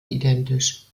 identisch